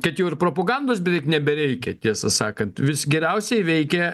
kad jau ir propagandos beveik nebereikia tiesą sakant vis geriausiai veikia